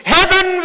Heaven